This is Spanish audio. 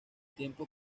tiempo